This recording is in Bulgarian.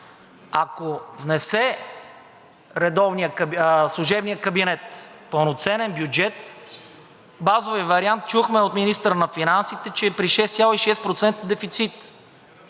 Ако внесе служебният кабинет пълноценен бюджет, базовият вариант чухме от министъра на финансите, че е при 6,6% дефицит,